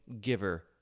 giver